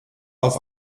auf